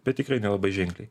bet tikrai nelabai ženkliai